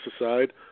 aside